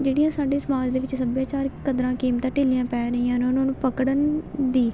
ਜਿਹੜੀਆਂ ਸਾਡੇ ਸਮਾਜ ਦੇ ਵਿੱਚ ਸੱਭਿਆਚਾਰ ਕਦਰਾਂ ਕੀਮਤਾਂ ਢਿੱਲੀਆਂ ਪੈ ਰਹੀਆਂ ਨੇ ਉਹਨਾਂ ਨੂੰ ਪਕੜਨ ਦੀ